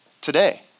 today